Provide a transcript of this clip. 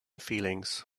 feelings